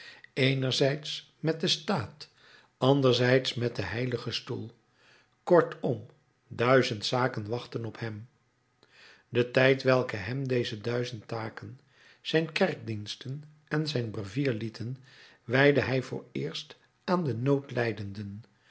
eenerzijds met den staat anderzijds met den h stoel kortom duizend zaken wachten op hem den tijd welken hem deze duizend zaken zijn kerkdiensten en zijn brevier lieten wijdde hij vooreerst aan de noodlijdenden